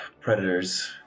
predators